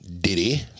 Diddy